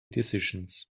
decisions